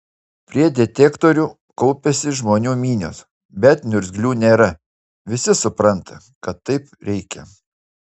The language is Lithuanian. prie detektorių kaupiasi žmonių minios bet niurzglių nėra visi supranta kad taip reikia